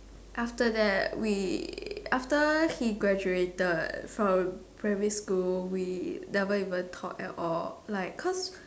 after that we after he graduated from primary school we never even talk at all like cause